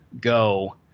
go